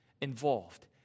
involved